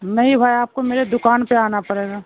نہیں بھائی آپ کو میرے دکان پہ آنا پڑے گا